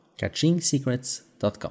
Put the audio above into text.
CatchingSecrets.com